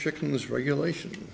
chickens regulation